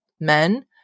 men